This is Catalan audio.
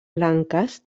blanques